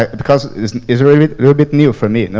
because it's a little bit new for me,